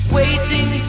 waiting